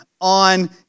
on